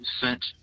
sent